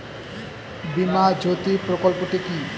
বীমা জ্যোতি প্রকল্পটি কি?